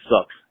sucks